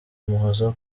umuhoza